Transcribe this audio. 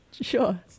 Sure